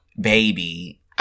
Baby